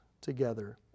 together